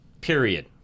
Period